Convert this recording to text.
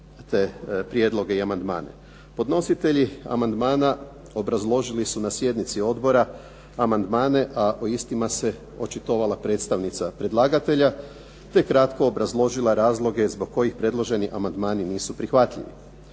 te prijedloge i amandmane. Podnositelji amandmana obrazložili su na sjednici odbora amandmane, a o istima se očitovala predstavnica predlagatelja, te je kratko obrazložila razloge zbog kojih predloženi amandmani nisu prihvatljivi.